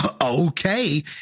Okay